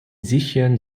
sicheren